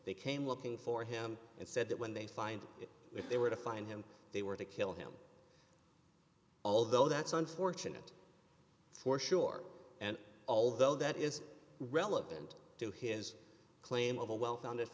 they came looking for him and said that when they find it if they were to find him they were to kill him although that's unfortunate for sure and although that is relevant to his claim of a well